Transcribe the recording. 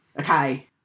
okay